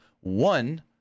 One